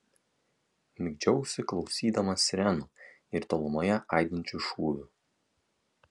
migdžiausi klausydamas sirenų ir tolumoje aidinčių šūvių